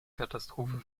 katastrophe